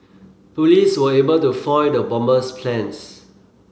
police were able to foil the bomber's plans